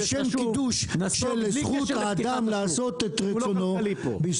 בשם קידוש של זכות האדם לעשות את רצונו.